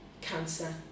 cancer